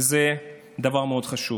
וזה דבר מאוד חשוב.